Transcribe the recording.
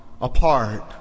apart